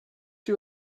you